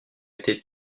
été